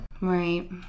right